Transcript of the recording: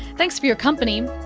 thanks for your company.